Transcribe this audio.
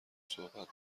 صحبت